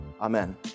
Amen